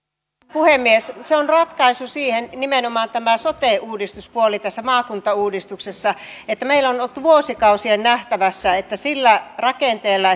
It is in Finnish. puhemies se on ratkaisu siihen nimenomaan tämä sote uudistuspuoli tässä maakuntauudistuksessa että meillä on ollut vuosikausia nähtävissä että sillä rakenteella